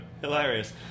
hilarious